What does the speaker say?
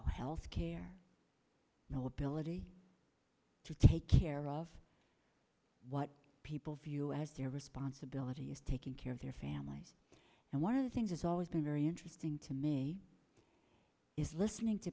wages health care no ability to take care of what people view as their responsibility is taking care of their families and one of the things has always been very interesting to me is listening to